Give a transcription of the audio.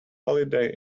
holiday